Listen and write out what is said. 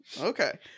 okay